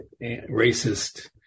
racist